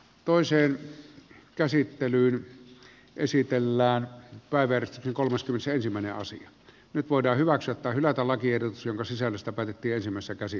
toiseen käsittelyyn esitellään kaivertkin koostui seitsemän asia nyt voidaan hyväksyä tai hylätä lakiehdotus jonka sisällöstä päätettiin silmänsä käsi